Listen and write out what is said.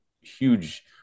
huge